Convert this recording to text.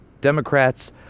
Democrats